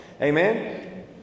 Amen